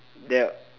that